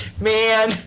man